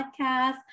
Podcast